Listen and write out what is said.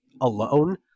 alone